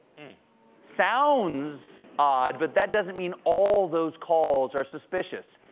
sounds odd, but that doesn't mean all those calls are suspicious.